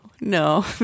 no